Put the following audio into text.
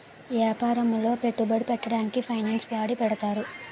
యాపారములో పెట్టుబడి పెట్టడానికి ఫైనాన్స్ వాడి పెడతారు